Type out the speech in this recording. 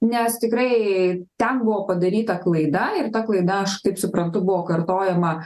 nes tikrai ten buvo padaryta klaida ir ta klaida aš taip suprantu buvo kartojama